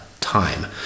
time